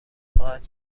خواهد